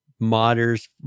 modders